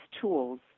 tools